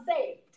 saved